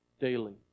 daily